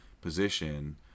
position